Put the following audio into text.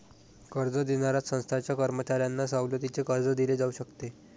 कर्ज देणाऱ्या संस्थांच्या कर्मचाऱ्यांना सवलतीचे कर्ज दिले जाऊ शकते